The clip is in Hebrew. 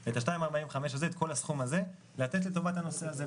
את כל הסכום הזה לתת לטובת הנושא הזה.